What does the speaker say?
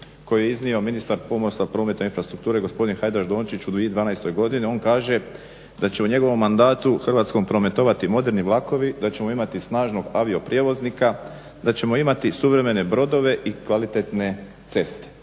koju je iznio ministar pomorstva, prometa i infrastrukture gospodin Hajdaš-Dončić u 2012. godini. On kaže da će u njegovom mandatu Hrvatskom prometovati moderni vlakovi, da ćemo imati snažnog avioprijevoznika, da ćemo imati suvremene brodove i kvalitetne ceste.